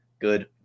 Good